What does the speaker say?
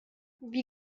wie